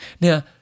Now